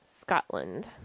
Scotland